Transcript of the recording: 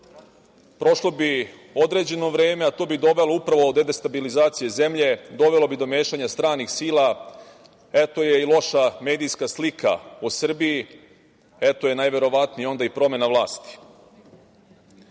prošlo bi određeno vreme, a to bi dovelo upravo do destabilizacije zemlje, dovelo bi do mešanje stranih sila, eto je i loša medijska slika o Srbiji, eto je i, najverovatnije, i promena vlasti,